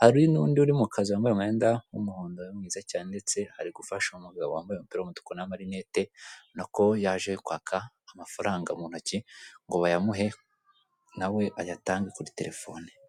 hari n'undu uri mu kazi wambaye umwenda w'umuhondo we mwiza cyane ndetse ari gufasha umugabo wambaye umupira w'umutuku n'amarinete ubonako yaje kwaka amafaranga mu ntoki ngo bayamuhe nawe ayatange kuri telefone.